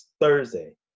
Thursday